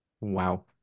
Wow